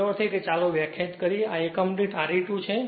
એનો અર્થ એ કે ચાલો વ્યાખ્યાયિત કરીએ આ એકમ દીઠ Re2 છે